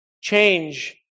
change